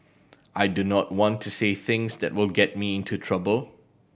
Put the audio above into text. I do not want to say things that will get me into trouble